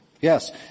Yes